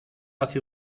hace